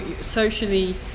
socially